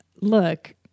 look